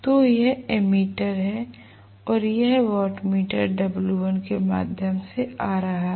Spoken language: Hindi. तो यह एमीटर है और यह वाट मीटर W1 के माध्यम से आ रहा है